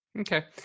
Okay